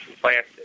plastic